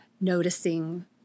noticing